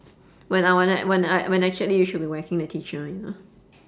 when I want e~ when I when I chat then you should be whacking the teacher you know